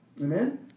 Amen